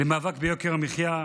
למאבק ביוקר המחיה,